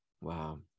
Wow